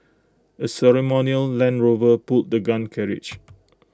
A ceremonial land Rover pulled the gun carriage